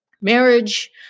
marriage